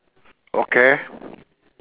okay